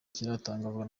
kiratangazwa